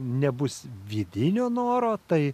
nebus vidinio noro tai